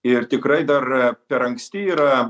ir tikrai dar per anksti yra